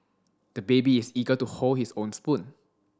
the baby is eager to hold his own spoon